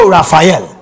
Raphael